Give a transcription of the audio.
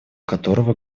которого